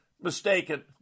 mistaken